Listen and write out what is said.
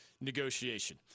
negotiation